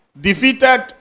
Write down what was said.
defeated